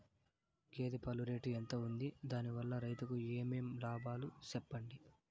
గేదె పాలు రేటు ఎంత వుంది? దాని వల్ల రైతుకు ఏమేం లాభాలు సెప్పండి?